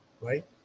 right